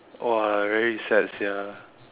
!wah! very sad sia